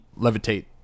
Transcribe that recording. levitate